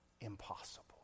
impossible